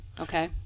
Okay